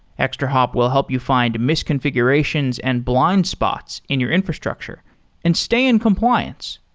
extrahop will help you find misconfigurations and blind spots in your infrastructure and stay in compliance.